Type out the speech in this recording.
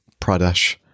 Pradesh